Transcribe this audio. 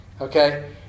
Okay